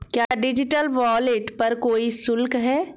क्या digital wallet पर कोई शुल्क है?